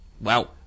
Wow